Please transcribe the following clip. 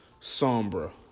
Sombra